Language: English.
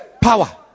Power